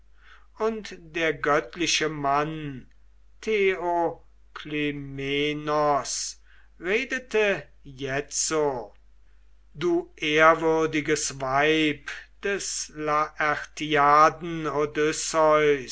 und der göttliche mann theoklymenos redete jetzo du ehrwürdiges weib des